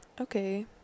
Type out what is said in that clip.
Okay